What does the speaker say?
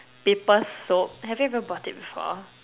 paper soap have you ever bought it before